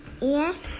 Yes